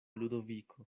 ludoviko